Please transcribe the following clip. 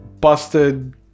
busted